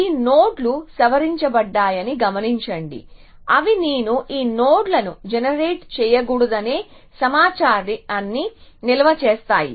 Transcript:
ఈ నోడ్లు సవరించబడ్డాయని గమనించండి అవి నేను ఏ నోడ్లను జనరేట్ చేయకూడదనే సమాచారాన్ని నిల్వ చేస్తాయి